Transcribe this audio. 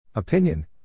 Opinion